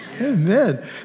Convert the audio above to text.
Amen